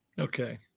okay